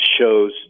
shows